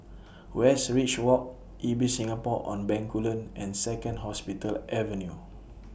Westridge Walk Ibis Singapore on Bencoolen and Second Hospital Avenue